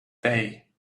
day